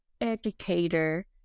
educator